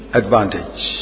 advantage